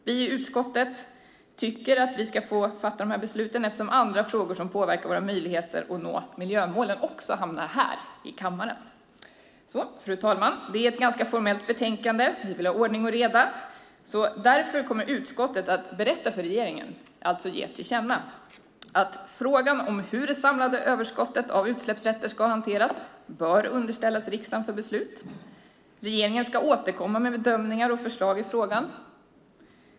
Vi i utskottet tycker att vi ska få fatta de här besluten, eftersom andra frågor som påverkar våra möjligheter att nå miljömålen också hamnar här i kammaren. Fru talman! Det är ett ganska formellt betänkande. Vi vill ha ordning och reda. Därför kommer utskottet att berätta för regeringen, alltså ge till känna, att frågan om hur det samlade överskottet av utsläppsrätter ska hanteras bör underställas riksdagen för beslut. Regeringen ska återkomma med bedömningar och förslag i frågan.